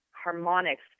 harmonics